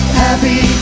happy